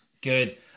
Good